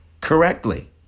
correctly